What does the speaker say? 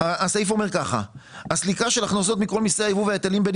הסעיף אומר כך: הסליקה של הכנסות מכל מיסי הייבוא וההיטלים בין